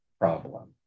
problem